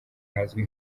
hazwi